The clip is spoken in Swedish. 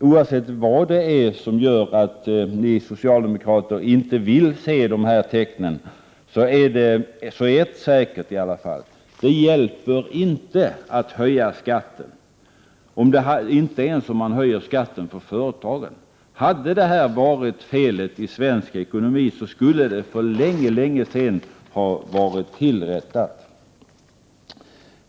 Oavsett vad det är som gör att ni socialdemokrater inte vill se dessa tecken, så är i varje fall ett säkert. Det hjälper inte att höja skatten, inte ens om man gör det för företagen. Hade detta varit felet i svensk ekonomi, skulle det för länge sedan ha rättats till.